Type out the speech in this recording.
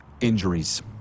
injuries